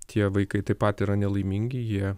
tie vaikai taip pat yra nelaimingi jie